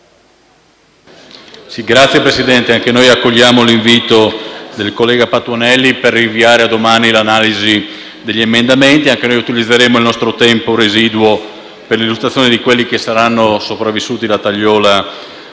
Signor Presidente, anche noi accogliamo l'invito del collega Patuanelli per rinviare a domani l'analisi degli emendamenti. Anche noi utilizzeremo il nostro tempo residuo per l'illustrazione di quelli che saranno sopravvissuti alla tagliola